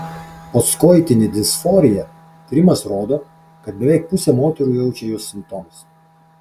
postkoitinė disforija tyrimas rodo kad beveik pusė moterų jaučia jos simptomus